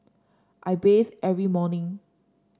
I bathe every morning